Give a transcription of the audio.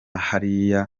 hariya